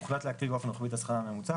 הוחלט להקפיא את השכר הממוצע,